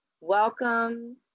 Welcome